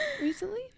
recently